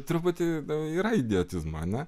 truputį nu yra idiotizmo ar ne